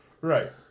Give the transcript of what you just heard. Right